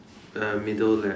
uh middle left